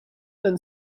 and